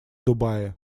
дубае